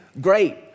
great